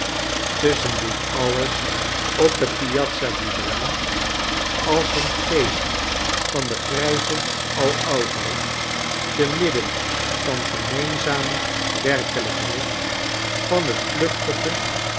tusschen dit alles op de piazza di bra als een geest van de grijze aloudheid te midden der gemeenzame werkelijkheid van het vluchtige